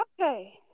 Okay